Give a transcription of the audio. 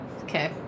Okay